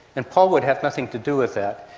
and paul would have nothing to do with that.